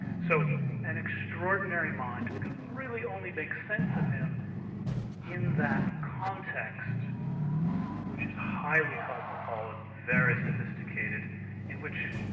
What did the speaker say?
so, an extraordinary mind, we can really only make sense of him in that context which is highly cosmopolitan, very sophisticated in which